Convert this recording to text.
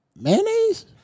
mayonnaise